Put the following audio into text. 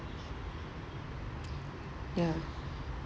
yeah